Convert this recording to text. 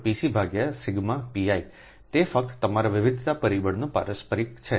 તેથીCFPc Σ pi તે ફક્ત તમારા વિવિધતા પરિબળનો પારસ્પરિક છે